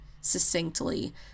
succinctly